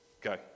Go